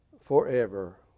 forever